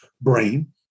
brain